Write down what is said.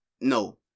no